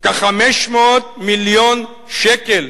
כ-500 מיליון שקל